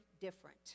different